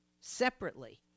separately